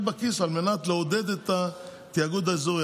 בכיס על מנת לעודד את התיאגוד האזורי,